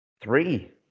Three